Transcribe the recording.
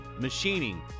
machining